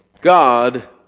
God